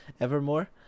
Evermore